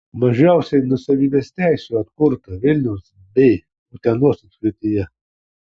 mažiausiai nuosavybės teisių atkurta vilniaus bei utenos apskrityje